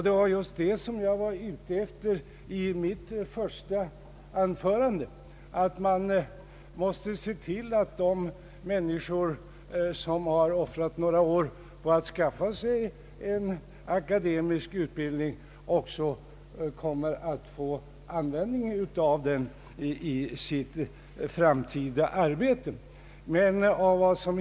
Det var just vad jag var ute efter i mitt första anförande — man måste se till att de människor som offrat några år på att skaffa sig en akademisk utbildning också får användning för den i sitt framtida arbete.